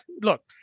look